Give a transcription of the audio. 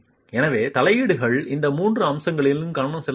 எனவே தலையீடுகள் இந்த மூன்று அம்சங்களிலும் கவனம் செலுத்த வேண்டும்